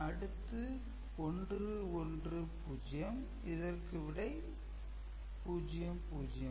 அடுத்து 1 1 0 இதற்கு விடை 0 0